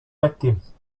bactéries